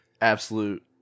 Absolute